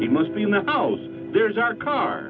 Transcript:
you must be in the house there's our car